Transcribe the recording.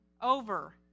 over